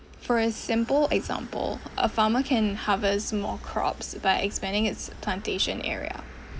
for a simple example a farmer can harvest more crops by expanding its plantation area